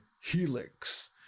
Helix